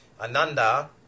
Ananda